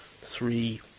three